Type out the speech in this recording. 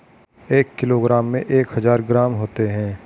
एक किलोग्राम में एक हजार ग्राम होते हैं